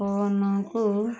ଫୋନକୁ